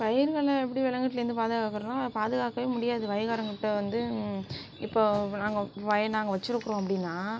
பயிர்களை எப்படி விலங்கிட்டேந்து பாதுகாக்கறதுன்னா பாதுகாக்கவே முடியாது வயல்காரங்கள்ட்ட வந்து இப்போது நாங்கள் வயல் நாங்கள் வெச்சுருக்கறோம் அப்படின்னா